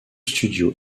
studio